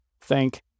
Thank